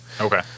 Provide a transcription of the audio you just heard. okay